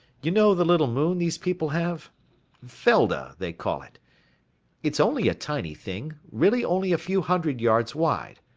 you know the little moon these people have felda, they call it it's only a tiny thing, really only a few hundred yards wide.